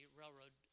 railroad